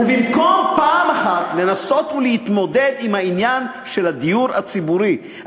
ובמקום פעם אחת לנסות ולהתמודד עם העניין של הדיור הציבורי,